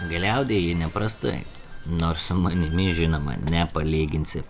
gliaudė ji neprastai nors su manimi žinoma nepalyginsi